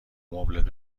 مبلت